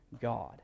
God